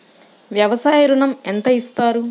వ్యవసాయ ఋణం ఎంత ఇస్తారు?